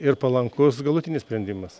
ir palankus galutinis sprendimas